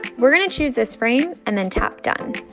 we're going to choose this frame and then tap done.